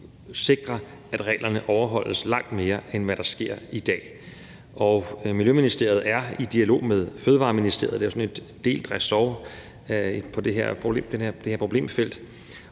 at reglerne overholdes langt mere, end det sker i dag, og Miljøministeriet er i dialog med Fødevareministeriet – der er jo sådan et delt resort på det her problemfelt